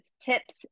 tips